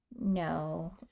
No